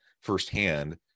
firsthand